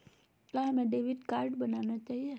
क्या हमें debit card बनाना चाहिए?